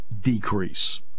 decrease